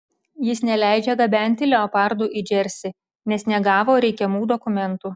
jis neleidžia gabenti leopardų į džersį nes negavo reikiamų dokumentų